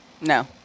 No